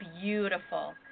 Beautiful